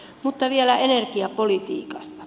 mutta vielä energiapolitiikasta